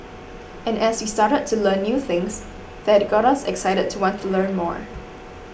and as we started to learn new things that got us excited to want to learn more